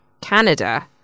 Canada